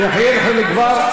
יואל, יואל, תעלה ותדבר.